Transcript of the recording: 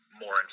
more